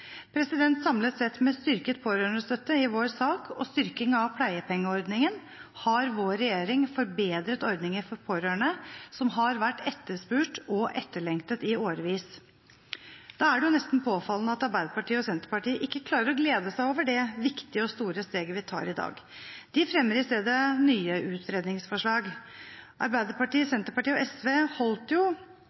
Samlet sett – med styrket pårørendestøtte i vår sak og styrking av pleiepengeordningen – har vår regjering forbedret ordningene for pårørende, noe som har vært etterspurt og etterlengtet i årevis. Da er det nesten påfallende at Arbeiderpartiet og Senterpartiet ikke klarer å glede seg over det viktige og store steget vi tar i dag. De fremmer i stedet nye utredningsforslag. Arbeiderpartiet, Senterpartiet og SV holdt